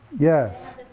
yes.